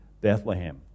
Bethlehem